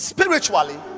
Spiritually